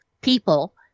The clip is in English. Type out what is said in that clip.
people